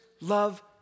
love